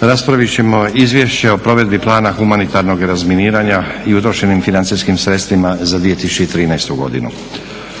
Raspravit ćemo - Izvješće o provedbi plana humanitarnog razminiranja i utrošenim financijskim sredstvima za 2013. godinu